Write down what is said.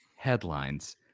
headlines